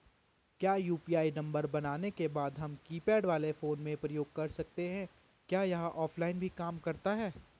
क्या UPI number बनाने के बाद हम कीपैड वाले फोन में प्रयोग कर सकते हैं क्या यह ऑफ़लाइन भी काम करता है?